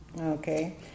Okay